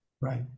right